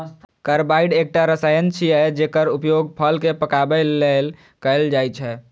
carbide एकटा रसायन छियै, जेकर उपयोग फल कें पकाबै लेल कैल जाइ छै